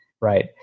right